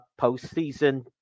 postseason